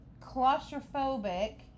claustrophobic